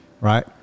right